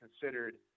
considered